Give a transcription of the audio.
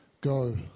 Go